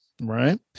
Right